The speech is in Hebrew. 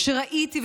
כשראיתי,